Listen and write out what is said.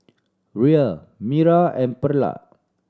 Rhea Mira and Perla